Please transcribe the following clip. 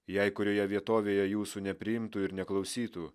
jei kurioje vietovėje jūsų nepriimtų ir neklausytų